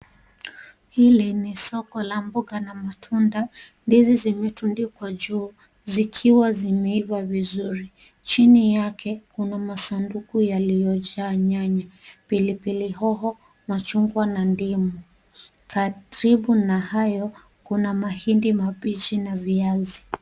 Hili ni soko la mboga na matunda, ndizi zimetundikwa juu zikiwa zimeiva vizuri. Chini yake kuna masanduku yaliyojaa nyanya, pilipili hoho, machungwa na ndimu. Karibu na hayo kuna mahindi mabichi na viazi.